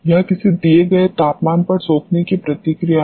यह किसी दिए गए तापमान पर सोखने की प्रतिक्रिया है